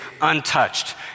untouched